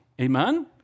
Amen